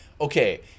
Okay